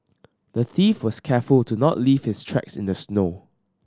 the thief was careful to not leave his tracks in the snow